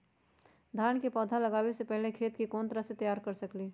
धान के पौधा लगाबे से पहिले खेत के कोन तरह से तैयार कर सकली ह?